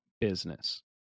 business